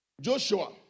Joshua